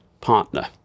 partner